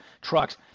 trucks